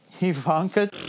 ivanka